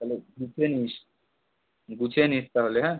তালে গুছিয়ে নিস গুছিয়ে নিস তাহলে হ্যাঁ